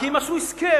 כי הם עשו הסכם.